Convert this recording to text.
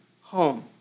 home